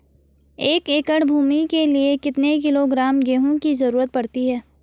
एक एकड़ भूमि के लिए कितने किलोग्राम गेहूँ की जरूरत पड़ती है?